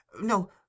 No